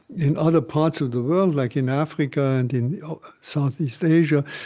in other parts of the world, like in africa and in southeast asia,